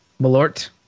Malort